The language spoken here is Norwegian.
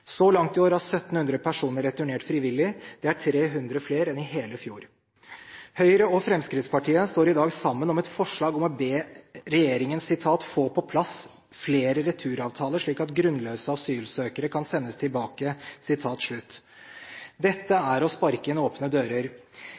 Så langt i år har 1 700 personer returnert frivillig. Det er 300 flere enn i hele fjor, Høyre og Fremskrittspartiet står i dag sammen om et forslag om å be regjeringen «få på plass flere returavaler slik at grunnløse asylsøkere kan sendes tilbake». Dette er å sparke inn åpne dører.